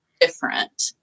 different